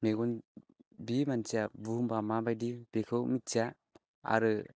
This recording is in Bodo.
मेगन बि मानसिया बुहुमा मा बायदि बेखौ मिथिया आरो